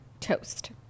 toast